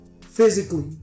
Physically